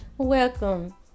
welcome